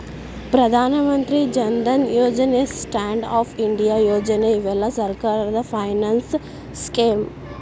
ಪ್ರಧಾನ ಮಂತ್ರಿ ಜನ್ ಧನ್ ಯೋಜನೆ stand up India ಯೋಜನೆ ಇವೆಲ್ಲ ಸರ್ಕಾರದ ಫೈನಾನ್ಸ್ ಸ್ಕೇಮ್